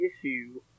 issue